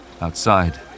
Outside